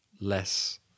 less